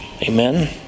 Amen